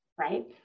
right